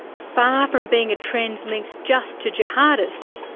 far from being a trend linked just to jihadists,